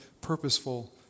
purposeful